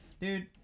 Dude